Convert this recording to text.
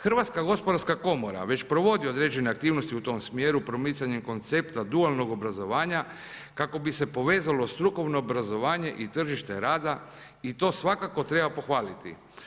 Hrvatska gospodarska komora već provodi određene aktivnosti u tom smjeru promicanjem koncepta dualnog obrazovanja, kako bi se povezalo strukovno obrazovanje i tržište rada i to svakako treba pohvaliti.